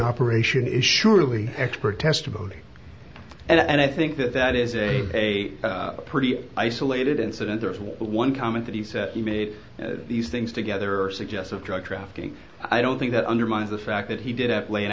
operation is surely expert testimony and i think that that is a pretty isolated incident there is one comment that he said he made these things together or suggested drug trafficking i don't think that undermines the fact that he did at lay an